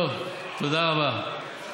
טוב, תודה רבה.